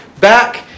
back